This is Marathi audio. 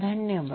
धन्यवाद